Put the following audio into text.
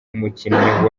umukinnyi